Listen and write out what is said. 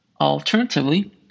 Alternatively